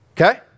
Okay